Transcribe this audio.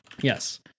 Yes